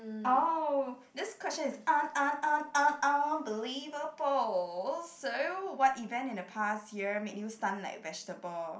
oh this question is un~ un~ un~ un~ unbelievable so what event in the past here make you stun like a vegetable